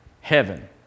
heaven